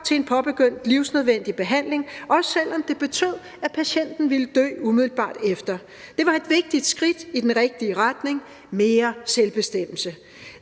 til en påbegyndt livsnødvendig behandling, også selv om det betød, at patienten ville dø umiddelbart efter. Det var et vigtigt skridt i den rigtige retning: mere selvbestemmelse.